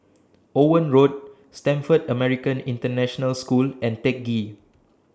Owen Road Stamford American International School and Teck Ghee